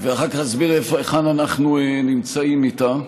ואחר כך אסביר היכן אנחנו נמצאים איתה.